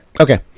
Okay